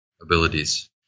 abilities